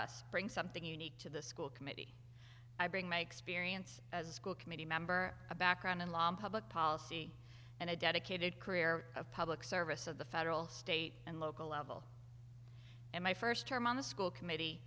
us bring something unique to the school committee i bring my experience as a school committee member a background in law and public policy and a dedicated career of public service of the federal state and local level and my first term on the school committee